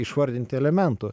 išvardinti elementų